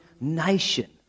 nation